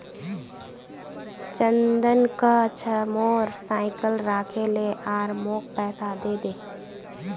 चंदन कह छ मोर साइकिल राखे ले आर मौक पैसा दे दे